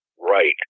right